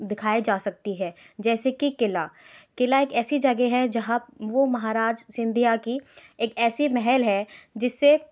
दिखाई जा सकती है जैसे कि किला किला एक ऐसी जगह है जहाँ वो महाराज सिंधिया की एक ऐसे महल है जिससे